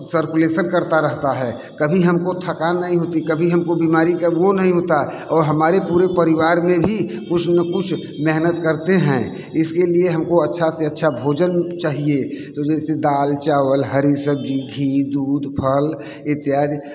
circulation करता रहता है कभी हमको थकान नहीं होती कभी हमको बीमारी का वह नहीं होता और हमारे पूरे परिवार में ही कुछ न कुछ मेहनत करते हैं इसके लिए हमको अच्छा से अच्छा भोजन चाहिए तो जैसे दाल चावल हरी सब्ज़ी घी दूध फ़ल इत्यादि